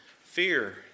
fear